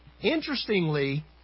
Interestingly